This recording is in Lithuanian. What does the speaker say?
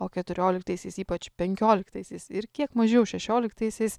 o keturioliktaisiais ypač penkioliktaisiais ir kiek mažiau šešioliktaisiais